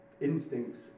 instincts